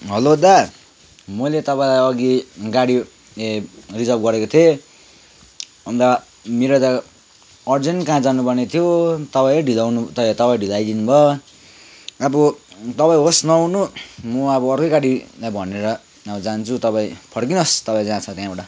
hello दा मैले तपाईँलाई अघि गाडी ए रिजर्भ गरेको थिएँ अन्त मेरो त अर्जेन्ट कहाँ जानुपर्ने थियो तपाईँ ढिलो आउनु तपाईँ ढिलो आइदिनु भयो अब तपाईँ होस् नआउनु म अब अर्कै गाडीलाई भनेर जान्छु तपाईँ फर्किनुहोस् तपाईँ जहाँ छ त्यहाँबाट